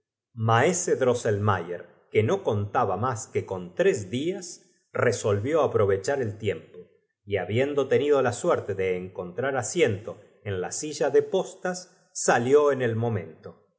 maese drosselmayer ue no contaba más que con tres días resolvió aprovechar el tiempo y habiendo ton ido la sueto de encontr ar asiento en la silla de postas salió on fll mom